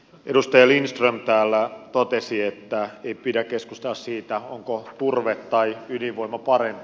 edustaja lindström täällä totesi että ei pidä keskustella siitä onko turve tai ydinvoima parempi